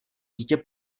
dítě